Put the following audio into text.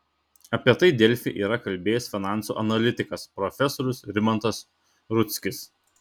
apie tai delfi yra kalbėjęs finansų analitikas profesorius rimantas rudzkis